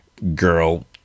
Girl